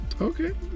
Okay